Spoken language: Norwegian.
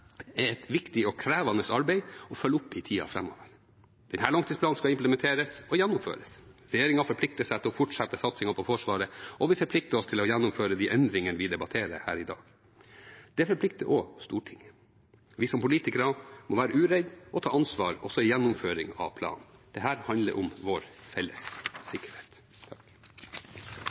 er et viktig og krevende arbeid å følge opp i tiden fremover. Denne langtidsplanen skal implementeres og gjennomføres. Regjeringen har forpliktet seg til å fortsette satsingen på Forsvaret, og vi forplikter oss til å gjennomføre de endringene vi debatterer her i dag. Det forplikter òg Stortinget. Vi som politikere må være uredde og ta ansvar også for gjennomføringen av planen. Dette handler om vår felles sikkerhet.